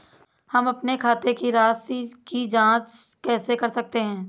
हम अपने खाते की राशि की जाँच कैसे कर सकते हैं?